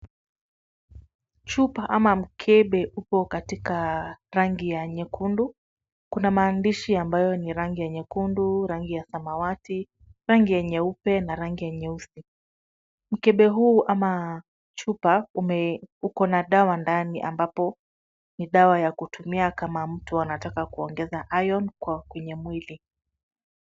Chupa ama mkebe upo katika rangi ya nyekundu. Kuna maandishi ambayo ni rangi ya nyekundu, rangi ya samawati, rangi ya nyeupe na rangi ya nyeusi. Mkebe huu ama chupa uko na dawa ndani ambapo ni dawa ya kutumia kama mtu anataka kuongeza iron kwenye mwili.